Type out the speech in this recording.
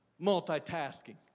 multitasking